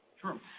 Sure